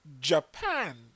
Japan